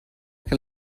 que